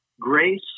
grace